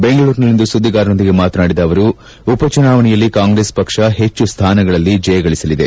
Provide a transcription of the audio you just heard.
ಬೆಂಗಳೂರಿನಲ್ಲಿಂದು ಸುದ್ದಿಗಾರರೊಂದಿಗೆ ಮಾತನಾಡಿದ ಅವರು ಉಪ ಚುನಾವಣೆಯಲ್ಲಿ ಕಾಂಗ್ರೆಸ್ ಪಕ್ಷ ಹೆಚ್ಚು ಸ್ಥಾನಗಳಲ್ಲಿ ಜಯಗಳಸಲಿದೆ